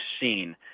seen